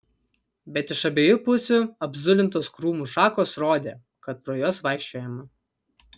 bet iš abiejų pusių apzulintos krūmų šakos rodė kad pro juos vaikščiojama